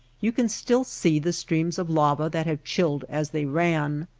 you can still see the streams of lava that have chilled as they ran.